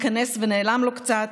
התכנס ונעלם לו קצת?